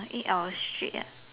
eight hours straight ah